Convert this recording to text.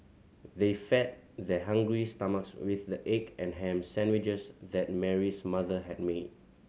they fed their hungry stomachs with the egg and ham sandwiches that Mary's mother had made